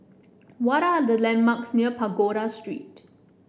what are the landmarks near Pagoda Street